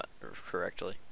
correctly